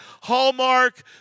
Hallmark